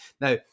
Now